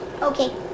Okay